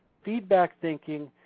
feedback thinking,